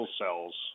cells